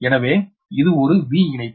எனவே இது ஒரு V இணைப்பு